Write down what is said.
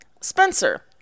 Spencer